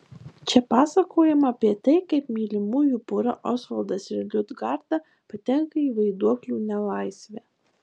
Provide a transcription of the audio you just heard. čia pasakojama apie tai kaip mylimųjų pora osvaldas ir liudgarda patenka į vaiduoklių nelaisvę